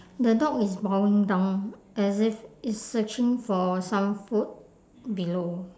the dog is bowing down as if it's searching for some food below